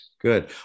Good